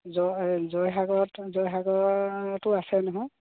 জয় জয়সাগৰত জয়সাগৰতো আছে নহয়